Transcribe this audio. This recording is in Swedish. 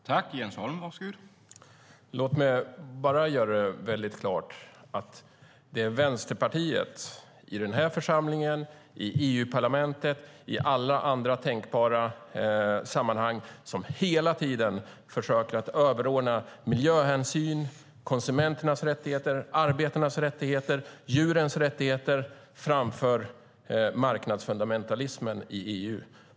Herr talman! Låt mig bara göra väldigt klart att det är Vänsterpartiet i den här församlingen, i EU-parlamentet och i alla andra tänkbara sammanhang som hela tiden försöker att överordna miljöhänsyn, konsumenternas rättigheter, arbetarnas rättigheter och djurens rättigheter framför marknadsfundamentalismen i EU.